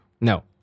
no